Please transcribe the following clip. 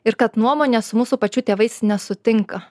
ir kad nuomonės su mūsų pačių tėvais nesutinka